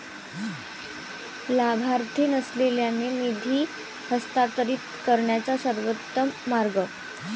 लाभार्थी नसलेल्यांना निधी हस्तांतरित करण्याचा सर्वोत्तम मार्ग